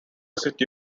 city